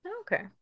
okay